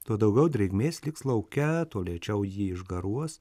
tuo daugiau drėgmės liks lauke tuo lėčiau ji išgaruos